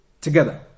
together